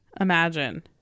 Imagine